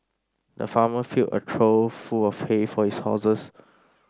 the farmer filled a trough full of hay for his horses